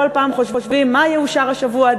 כל פעם חושבים מה יאושר השבוע,